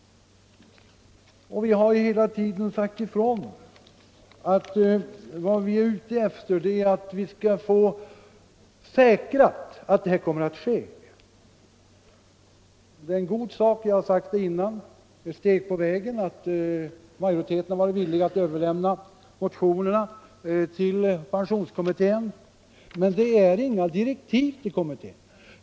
Vi har hela tiden sagt ifrån att vad vi önskar är att pensionärerna blir tillförsäkrade en sådan behandling. Jag har tidigare sagt att det är ett steg på vägen att majoriteten har varit villig att överlämna motionerna till pensionskommittén, men det innebär inte några direktiv till kommittén.